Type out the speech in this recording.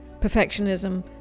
Perfectionism